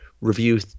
review